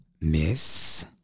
Miss